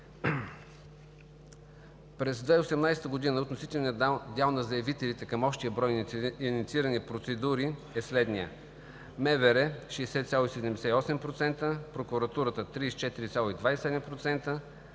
През 2018 г. относителният дял на заявителите към общия брой инициирани процедури е следният: МВР – 60,78%, Прокуратурата – 34,27%,